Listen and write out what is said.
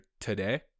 today